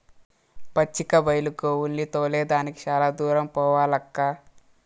పచ్చిక బైలు గోవుల్ని తోలే దానికి చాలా దూరం పోవాలక్కా